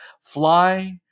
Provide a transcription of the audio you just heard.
Fly